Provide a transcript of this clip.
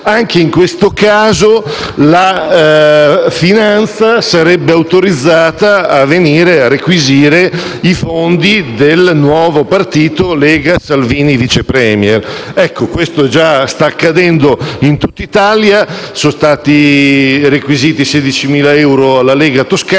anche in questo caso la finanza sarebbe autorizzata a venire a requisire i fondi del nuovo partito Lega-Salvini Vice Premier. Questo già sta accadendo in tutta Italia: sono stati requisiti 16.000 euro alla Lega toscana